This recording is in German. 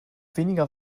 weniger